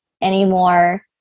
anymore